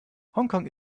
hongkong